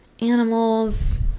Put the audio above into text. animals